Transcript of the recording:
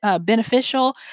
beneficial